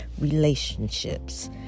relationships